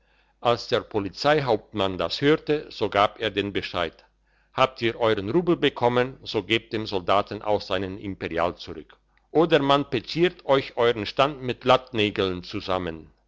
als der polizeihauptmann das hörte so gab er den bescheid habt ihr euren rubel bekommen so gebt dem soldaten auch seinen imperial zurück oder man petschiert euch euren stand mit lattnägeln zusammen